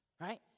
Right